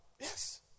Yes